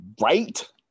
right